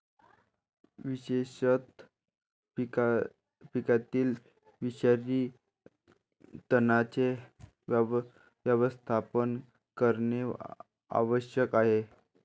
विशेषतः पिकातील विषारी तणांचे व्यवस्थापन करणे आवश्यक आहे